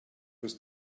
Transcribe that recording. with